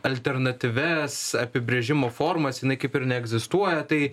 alternatyvias apibrėžimo formas jinai kaip ir neegzistuoja tai